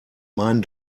meinen